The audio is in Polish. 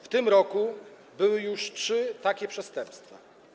W tym roku były już trzy takie przestępstwa.